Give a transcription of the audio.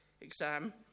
exam